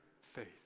faith